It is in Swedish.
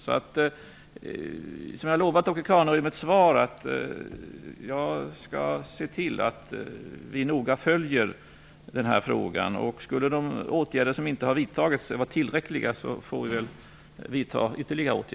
Som jag lovat Åke Carnerö i mitt svar skall jag se till att vi noga följer denna fråga. Skulle de åtgärder som vidtagits inte vara tillräckliga får vi vidta ytterligare åtgärder.